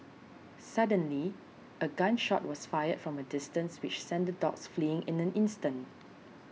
suddenly a gun shot was fired from a distance which sent the dogs fleeing in an instant